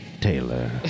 Taylor